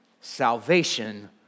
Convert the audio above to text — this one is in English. Salvation